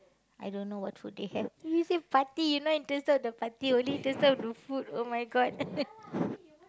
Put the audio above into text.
I don't know what food they have you say party you not interested on the party only interested on the food !oh-my-God!